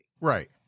Right